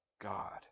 God